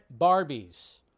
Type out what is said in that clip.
Barbies